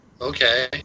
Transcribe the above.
Okay